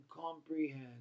comprehend